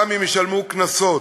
גם אם ישלמו קנסות.